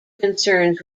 concerns